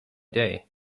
day